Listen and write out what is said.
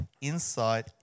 inside